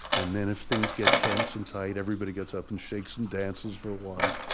and then if things get tense and tight, everybody gets up and shakes and dances for a while,